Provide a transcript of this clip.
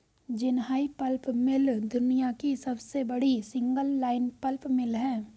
Jinhai pulp mill दुनिया की सबसे बड़ी सिंगल लाइन पल्प मिल है